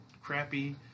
crappy